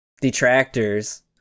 detractors